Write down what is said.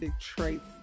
traits